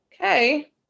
okay